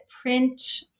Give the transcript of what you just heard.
print